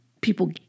people